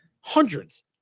Hundreds